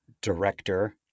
director